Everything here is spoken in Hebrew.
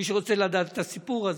מי שרוצה לדעת את הסיפור,